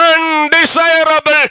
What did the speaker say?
undesirable